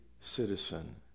citizen